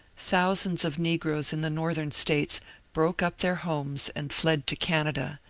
thousands of neg roes in the northern states broke up their homes and fled to canada,